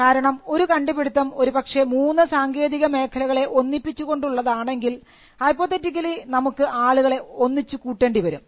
കാരണം ഒരു കണ്ടുപിടിത്തം ഒരുപക്ഷേ മൂന്ന് സാങ്കേതിക മേഖലകളെ ഒന്നിപ്പിച്ചു കൊണ്ടുള്ളതാണെങ്കിൽ ഹൈപ്പൊത്തെറ്റിക്കലി നമുക്ക് ആളുകളെ ഒന്നിച്ചു കൂട്ടേണ്ടിവരും